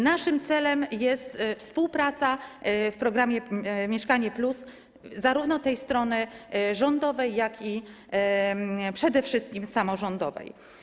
Naszym celem jest współpraca w programie „Mieszkanie+” zarówno strony rządowej, jak i przede wszystkim samorządowej.